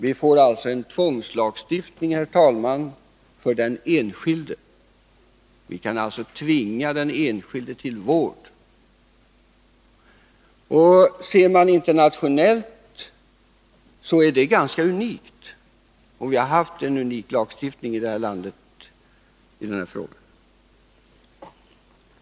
Vi får nu en tvångslagstiftning för den enskilde, herr talman, och vi kan alltså tvinga den enskilde till vård. Internationellt sett har vi i vårt land haft en unik lagstiftning i den frågan.